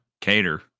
cater